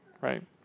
right